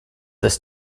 this